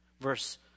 Verse